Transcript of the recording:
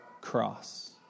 Cross